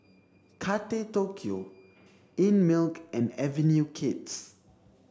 Tokyo Einmilk and Avenue Kids